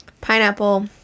pineapple